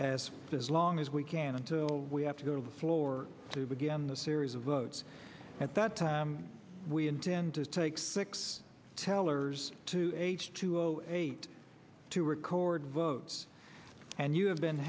as as long as we can until we have to go to the floor to begin the series of votes at that time we intend to take six tellers to h two o eight to record votes and you have been